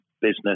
business